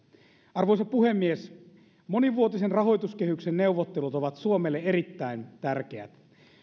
arvoisa puhemies monivuotisen rahoituskehyksen neuvottelut ovat suomelle erittäin tärkeät